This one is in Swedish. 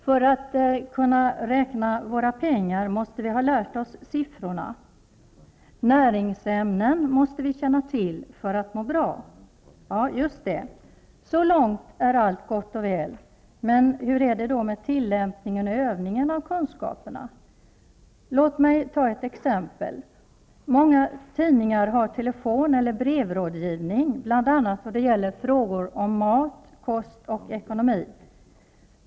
För att kunna räkna våra pengar måste vi ha lärt oss siffrorna. Näringsämnen måste vi känna till för att må bra. Så långt är allt gott och väl, men hur är det med tillämpningen och övningen av kunskaperna? Låt mig ta ett exempel. Många tidningar har telefon eller brevrådgivning, bl.a. då det gäller frågor om mat, kost och ekonomi.